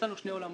הבנתי.